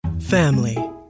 family